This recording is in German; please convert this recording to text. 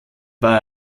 war